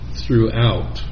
throughout